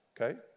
okay